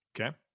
Okay